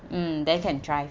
mm then can drive